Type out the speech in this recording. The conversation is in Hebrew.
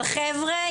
אבל חבר'ה,